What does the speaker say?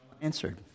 answered